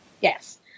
Yes